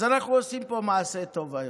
אז אנחנו עושים פה מעשה טוב היום,